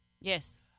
Yes